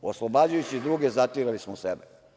Oslobađajući druge zatirali smo sebe.